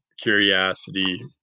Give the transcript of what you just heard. curiosity